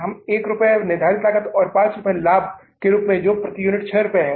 1 रुपये निर्धारित लागत और 5 रुपये लाभ के रूप में है जो प्रति यूनिट 6 रुपये है